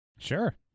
Sure